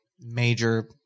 major